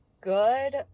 good